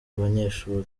abanyeshuri